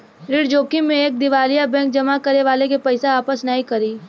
ऋण जोखिम में एक दिवालिया बैंक जमा करे वाले के पइसा वापस नाहीं करी